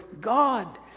god